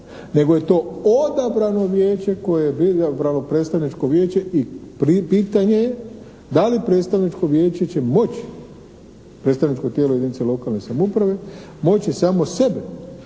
nego je to odabrano vijeće koje …/Govornik se ne razumije./… predstavničko vijeće i pitanje je da li predstavničko vijeće će moći, predstavničko tijelo jedinice lokalne samouprave moći samo sebe